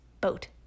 boat